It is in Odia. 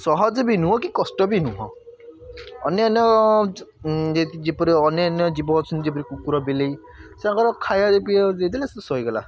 ସହଜ ବି ନୁହେଁ କି କଷ୍ଟ ବି ନୁହେଁ ଅନ୍ୟାନ ଯେମିତି ଯେପରି ଅନ୍ୟାନ ଜୀବ ଅଛନ୍ତି ଯେପରି କୁକୁର ବିଲେଇ ସେମାନଙ୍କର ଖାଇବା ପିଇବାକୁ ଦେଇଦେଲେ ସେ ଶୋଇଗଲା